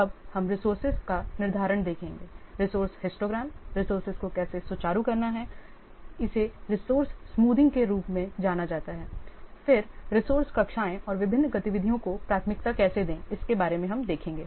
अब हम रिसोर्सेज का निर्धारण देखेंगे रिसोर्से हिस्टोग्राम रिसोर्सेज को कैसे सुचारू करना है इसे रिसोर्से स्मूथिंग के रूप में जाना जाता है फिर रिसोर्से कक्षाएं और विभिन्न गतिविधियों को प्राथमिकता कैसे दें इसके बारे में हम देखेंगे